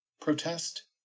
protest